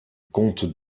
comte